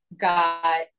got